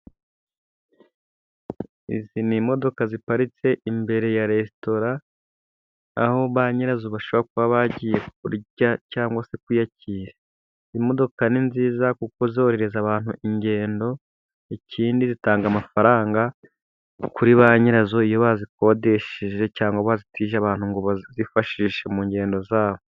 Izi ni imodoka ziparitse imbere ya resitora, aho ba nyirazo bashobora kuba bagiye kurya cyangwa se kwiyakira. Imodoka ni nziza kuko zorohereza abantu ingendo, ikindi zitanga amafaranga, kuri ba nyirazo iyo bazikodesheje cyangwa bazitije abantu ngo bazifashishe mu ngendo zabo.